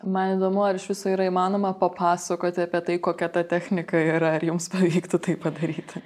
man įdomu ar iš viso yra įmanoma papasakoti apie tai kokia ta technika yra ar jums pavyktų tai padaryti